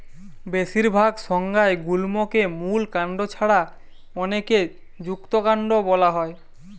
বেশিরভাগ সংজ্ঞায় গুল্মকে মূল কাণ্ড ছাড়া অনেকে যুক্তকান্ড বোলা হয়